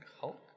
hulk